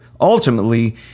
ultimately